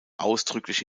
ausdrücklich